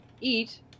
eat